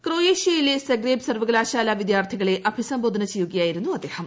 ക്രൊയേഷ്യയിലെ Zagreb സർവ്വകലാശാല വിദ്യാർത്ഥികളെ അഭിസംബോധന ചെയ്യുകയായിരുന്നു അദ്ദേഹം